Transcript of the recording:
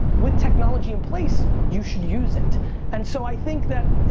with technology in place, you should use it and so i think that,